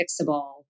fixable